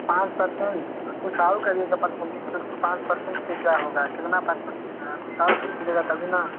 पाँच पर्सेन्ट कुछ और करिएगा पर्सेन्टेज क्योंकि पाँच पर्सेन्ट से क्या होगा कितना पाँच पर्सेन्ट का है कुछ और छूट मिलेगा तभी ना